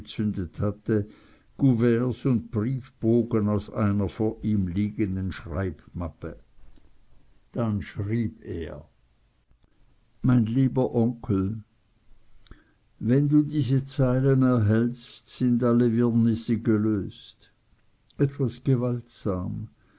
und briefbogen aus einer vor ihm liegenden schreibmappe dann schrieb er mein lieber onkel wenn du diese zeilen erhältst sind alle wirrnisse gelöst etwas gewaltsam